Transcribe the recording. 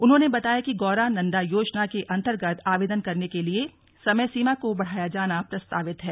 उन्होंने बताया कि गौरा नन्दा योजना के अन्तर्गत आवेदन करने के लिए समय सीमा को बढ़ाया जाना प्रस्तावित है